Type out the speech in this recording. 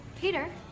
Peter